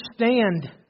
understand